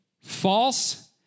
false